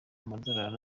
amadorali